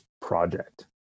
project